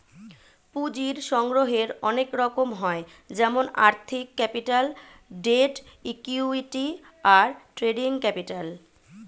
পুঁজির সংগ্রহের অনেক রকম হয় যেমন আর্থিক ক্যাপিটাল, ডেট, ইক্যুইটি, আর ট্রেডিং ক্যাপিটাল